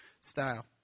style